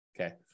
Okay